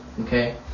Okay